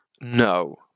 No